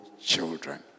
children